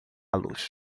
los